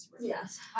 Yes